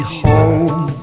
home